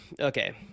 okay